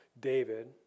David